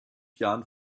jahren